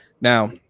Now